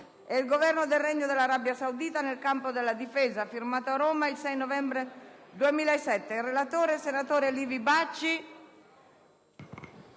il Governo del Regno dell'Arabia Saudita nel campo della difesa, firmato a Roma il 6 novembre 2007